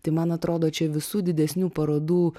tai man atrodo čia visų didesnių parodų